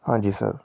ਹਾਂਜੀ ਸਰ